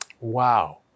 Wow